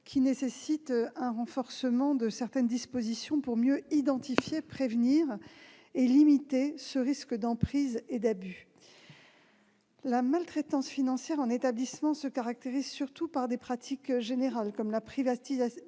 qui nécessitent un renforcement de certaines dispositions pour mieux identifier, prévenir et limiter ce risque d'emprise et d'abus. La maltraitance financière en établissement se caractérise surtout par des pratiques générales, comme la privatisation